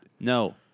no